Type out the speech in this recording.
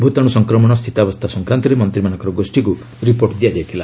ଭୂତାଣୁ ସଂକ୍ରମଣ ସ୍ଥିତାବସ୍ଥା ସଂକ୍ରାନ୍ତରେ ମନ୍ତ୍ରୀମାନଙ୍କର ଗୋଷ୍ଠୀକୁ ରିପୋର୍ଟ ଦିଆଯାଇଥିଲା